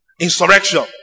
Insurrection